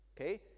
okay